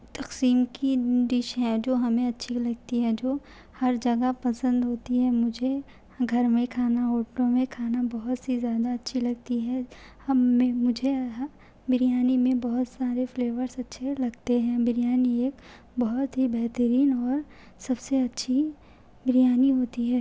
تقسیم کی ڈش ہے جو ہمیں اچھی لگتی ہے جو ہر جگہ پسند ہوتی ہے مجھے گھر میں کھانا ہوٹلوں میں کھانا بہت سی زیادہ اچھی لگتی ہے ہم میں مجھے بریانی میں بہت سارے فلیورس اچھے لگتے ہیں بریانی ایک بہت ہی بہترین اور سب سے اچھی بریانی ہوتی ہے